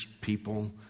people